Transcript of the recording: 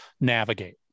navigate